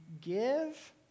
give